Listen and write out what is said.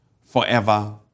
forever